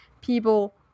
people